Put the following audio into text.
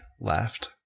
laughed